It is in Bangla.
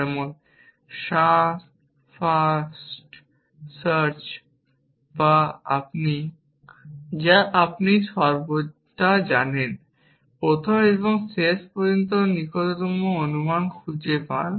যেমন ব্রেড ফার্স্ট সার্চ যা আপনি সর্বদা জানেন প্রথম এবং শেষ পর্যন্ত নিকটতম অনুমান খুঁজে পান